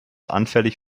anfällig